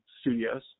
studios